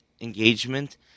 engagement